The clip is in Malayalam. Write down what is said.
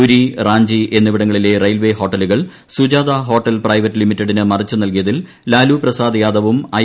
പൂരി റാഞ്ചി എന്നിവിടങ്ങളിലെ റയിൽവെ ഹോട്ടലുകൾ സുജാതാ ഹോട്ടൽ പ്രൈവറ്റ് ലിമിറ്റഡിന് മറിച്ച് നൽകിയതിൽ ലാലു പ്രസാദ് യാദവും ഐ